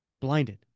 blinded